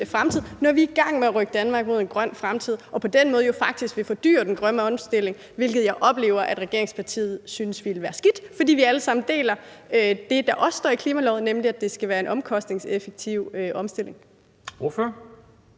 fremtid, når vi er i gang med at rykke Danmark mod en grøn fremtid, så man på den måde jo faktisk vil fordyre den grønne omstilling, hvilket jeg oplever at regeringspartiet synes ville være skidt. For vi deler alle sammen den ambition, der også står i klimaloven, nemlig at det skal være en omkostningseffektiv omstilling. Kl.